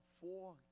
four